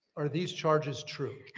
are these charges true?